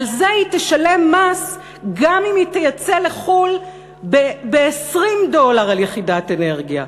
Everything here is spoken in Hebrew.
על זה היא תשלם מס גם אם היא תייצא לחו"ל ב-20 דולר ליחידת אנרגיה.